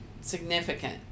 significant